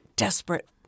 Desperate